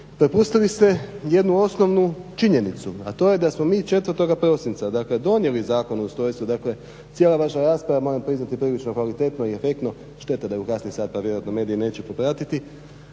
Propustili ste jednu osnovnu činjenicu, a to je da smo mi 4. prosinca, dakle donijeli Zakon o ustrojstvu. Dakle, cijela vaša rasprava je moram priznati prilično kvalitetno i efektno, šteta da je u kasni sat pa vjerojatno mediji neće popratiti